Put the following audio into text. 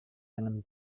dengan